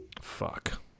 fuck